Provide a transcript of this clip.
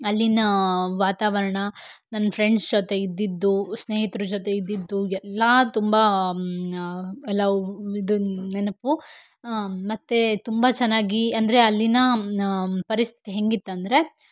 ಅಲ್ಲಿನ ವಾತಾವರಣ ನನ್ನ ಫ್ರೆಂಡ್ಸ್ ಜೊತೆ ಇದ್ದಿದ್ದು ಸ್ನೇಹಿತರ ಜೊತೆ ಇದ್ದಿದ್ದು ಎಲ್ಲ ತುಂಬ ಎಲ್ಲ ಇದು ನೆನಪು ಮತ್ತು ತುಂಬ ಚೆನ್ನಾಗಿ ಅಂದರೆ ಅಲ್ಲಿನ ಪರಿಸ್ಥಿತಿ ಹೆಂಗಿತ್ತು ಅಂದರೆ